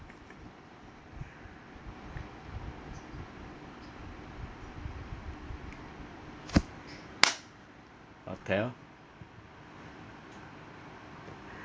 hotel